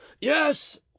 yes